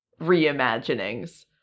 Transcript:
reimaginings